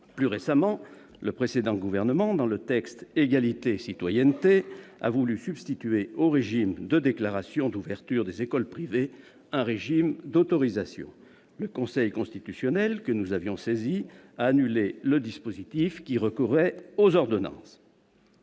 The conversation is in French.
Plus récemment, le précédent gouvernement, dans le texte Égalité et citoyenneté, a voulu substituer au régime de déclaration d'ouverture des écoles privées un régime d'autorisation. Le Conseil constitutionnel, que nous avions saisi, a annulé le dispositif, qui recourait aux ordonnances.